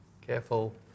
Careful